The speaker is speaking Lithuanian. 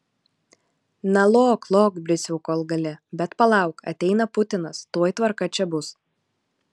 na lok lok brisiau kol gali bet palauk ateina putinas tuoj tvarka čia bus